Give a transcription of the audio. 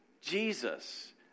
Jesus